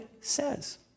says